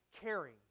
caring